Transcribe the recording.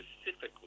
specifically